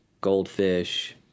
Goldfish